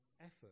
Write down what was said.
effort